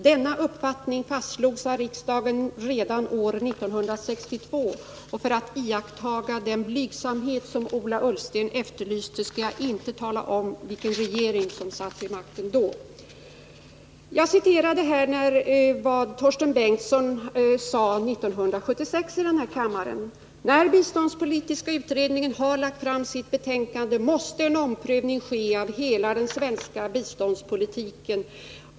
Denna uppfattning fastslogs av riksdagen redan år 1962.” För att iaktta den blygsamhet som Ola Ullsten efterlyste skall jag inte tala om vilken regering som satt vid makten då. Jag citerade här vad Torsten Bengtson sade 1976 i denna kammare: ”När den biståndspolitiska utredningen har lagt fram sitt betänkande måste en omprövning ske av hela den svenska biståndspolitiken.